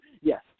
Yes